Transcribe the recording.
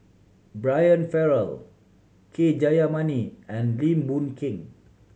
Brian Farrell K Jayamani and Lim Boon Keng